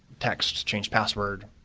text, change password.